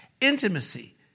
Intimacy